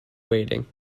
weighting